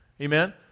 Amen